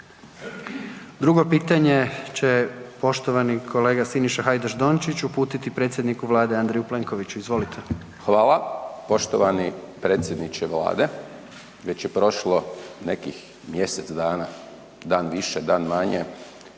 Drugo pitanje će poštovani kolega Siniša Hajdaš Dončić uputiti predsjedniku Vlade Andreju Plenkoviću. Izvolite. **Hajdaš Dončić, Siniša (SDP)** Hvala. Poštovani predsjedniče Vlade. Veće je prošlo nekih mjesec dana, dan više, dan manje